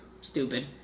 stupid